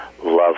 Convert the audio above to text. love